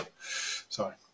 Sorry